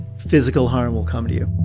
physical harm will come to you